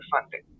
funding